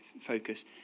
focus